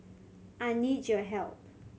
I need your help